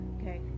Okay